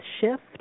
shift